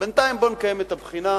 בינתיים בואו נקיים את הבחינה,